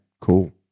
Cool